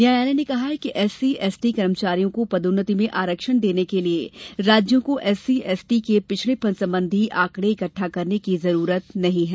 न्यायालय ने कहा कि एससी एसटी कर्मचारियों को पदोन्नति में आरक्षण देने के लिए राज्यों को एससी एसटी के पिछड़ेपन संबंधी आंकड़े इकट्टा करने की जरूरत नहीं है